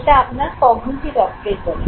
এটা আপনার cognitive appraisal